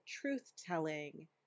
truth-telling